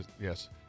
yes